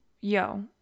yo